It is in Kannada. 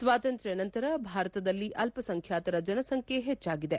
ಸ್ವಾತಂತ್ರ್ಯ ನಂತರ ಭಾರತದಲ್ಲಿ ಅಲ್ಪಸಂಬ್ಲಾತರ ಜನಸಂಖ್ಯೆ ಹೆಚ್ಚಾಗಿದೆ